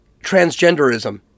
transgenderism